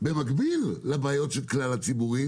במקביל לבעיות של כלל הציבור,